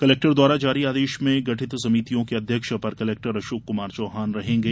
collector द्वारा जारी आदेश में गठित समितियों के अध्यक्ष अपर कलेक्टर अशोक कमार चौहान रहेंगे